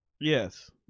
Yes